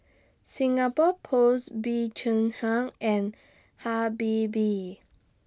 Singapore Post Bee Cheng Hiang and Habibie